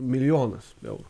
milijonas eurų